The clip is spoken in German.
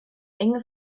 enge